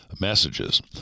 messages